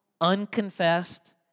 unconfessed